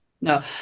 No